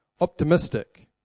optimistic